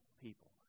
people